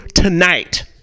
Tonight